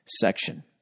section